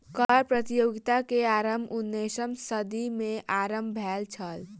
कर प्रतियोगिता के आरम्भ उन्नैसम सदी में आरम्भ भेल छल